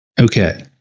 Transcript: Okay